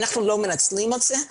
אנחנו לא מנצלים את זה.